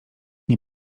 nie